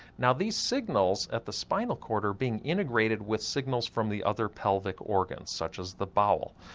now these signals at the spinal cord are being integrated with signals from the other pelvic organs such as the bowel.